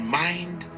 mind